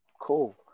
cool